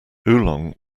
oolong